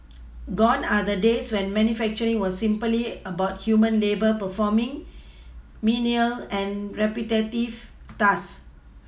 gone are the days when manufacturing was simply about human labour performing menial and repetitive tasks